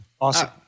Awesome